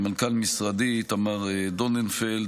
למנכ"ל משרדי איתמר דוננפלד,